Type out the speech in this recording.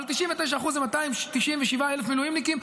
99% מהם מטופלים פיקס.